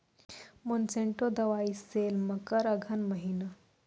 Monsanto दवाई sale मकर अघन महीना,